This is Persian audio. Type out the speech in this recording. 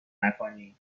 نکنین